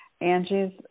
Angie's